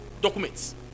documents